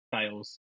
fails